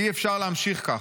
אי-אפשר להמשיך ככה.